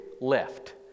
left